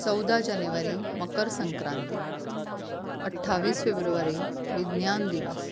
चवदा जानेवारी मकर संक्रांती अठ्ठावीस फेब्रुवारी विज्ञान दिवस